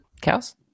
cows